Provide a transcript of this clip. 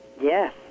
Yes